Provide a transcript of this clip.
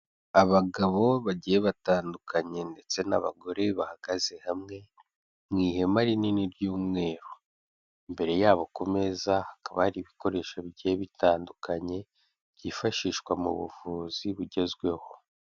Abagabo bagiye batandukanye ndetse n'abagore bahagaze hamwe mu ihema rinini ry'umweru, imbere yabo ku meza hakaba hari ibikoresho bigiye bitandukanye byifashishwa mu buvuzi bugezweho.